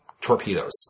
torpedoes